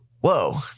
Whoa